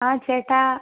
ആ ചേട്ടാ